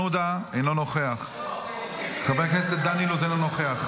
עודה, אינו נוכח, חבר הכנסת דן אילוז, אינו נוכח.